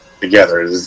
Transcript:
together